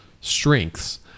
strengths